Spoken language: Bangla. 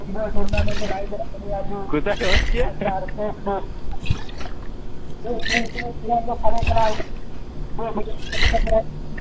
কোথায় হচ্ছে